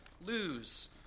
lose